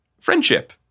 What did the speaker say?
Friendship